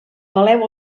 peleu